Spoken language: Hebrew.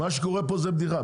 מה שקורה פה זה בדיחה,